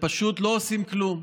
פשוט לא עושים כלום.